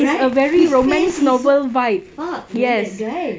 right his face is so fuck want that guy